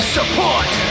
Support